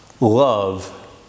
love